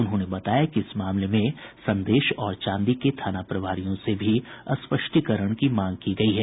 उन्होंने बताया कि इस मामले में संदेश और चांदी के थाना प्रभारियों से भी स्पष्टीकरण की मांग की गयी है